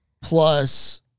plus